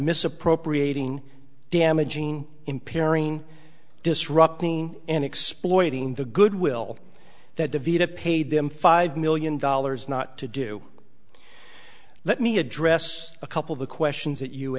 misappropriating damaging impairing disrupting and exploiting the good will that divvied up paid them five million dollars not to do let me address a couple of the questions that you